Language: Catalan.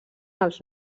els